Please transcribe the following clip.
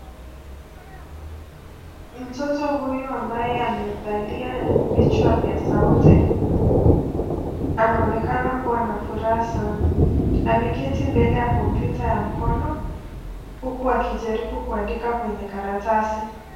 Mtoto huyu ambaye amevalia vichwa vya sauti. Anaonekana kua na furaha sana. Ameketi mbele ya kompyuta ya mkono, huku akijaribu kuandika kwenye karatasi.